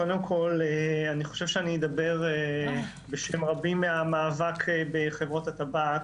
אני חושב שאני אדבר בשם רבים מהמאבק בחברות הטבק.